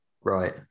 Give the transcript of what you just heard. Right